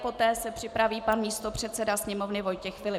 Poté se připraví pan místopředseda Sněmovny Vojtěch Filip.